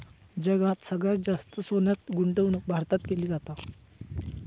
जगात सगळ्यात जास्त सोन्यात गुंतवणूक भारतात केली जाता